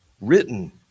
written